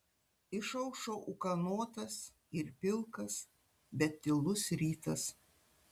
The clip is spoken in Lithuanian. išaušo ūkanotas ir pilkas bet tylus rytas